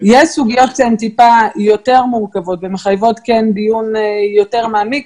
יש סוגיות שהן מעט יותר מורכבות וכן מחייבות דיון יותר מעמיק